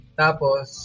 tapos